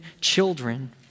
children